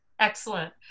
Excellent